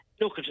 Look